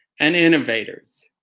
and innovators.